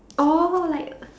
[oh]like